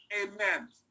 amen